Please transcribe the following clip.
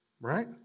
Right